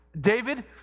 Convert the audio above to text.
David